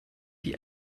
wie